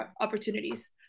opportunities